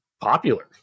popular